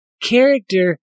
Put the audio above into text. Character